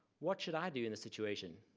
what should i do in a situation?